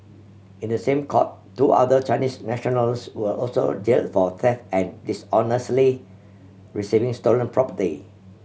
in the same court two other Chinese nationals were also jails for theft and dishonestly receiving stolen property